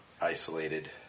isolated